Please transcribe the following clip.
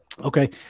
okay